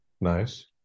nice